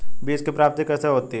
बीज की प्राप्ति कैसे होती है?